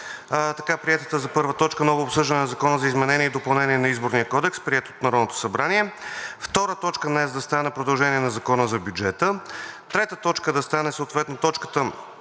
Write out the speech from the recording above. така приетата за първа точка – Ново обсъждане на Закона за изменение и допълнение на Изборния кодекс, приет от Народното събрание. Втора точка днес да стане продължение на Закона за бюджета. Трета точка да стане съответно точка